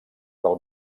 del